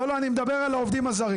לא, לא, אני מדבר על העובדים הזרים.